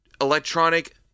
electronic